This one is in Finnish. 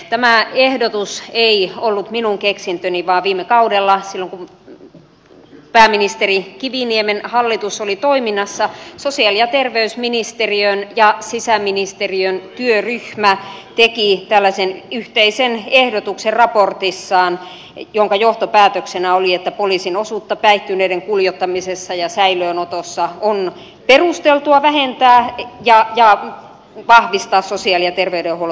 tämä ehdotus ei ollut minun keksintöni vaan viime kaudella silloin kun pääministeri kiviniemen hallitus oli toiminnassa sosiaali ja terveysministeriön ja sisäministeriön työryhmä teki tällaisen yhteisen ehdotuksen raportissaan jonka johtopäätöksenä oli että on perusteltua vähentää poliisin osuutta päihtyneiden kuljettamisessa ja säilöönotossa ja vahvistaa sosiaali ja terveydenhuollon toimijoiden roolia